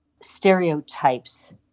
stereotypes